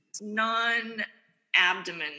non-abdomen